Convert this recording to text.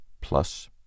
plus